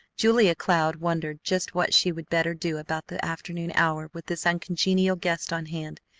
julia cloud wondered just what she would better do about the afternoon hour with this uncongenial guest on hand,